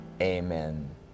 Amen